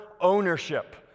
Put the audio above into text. ownership